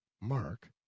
mark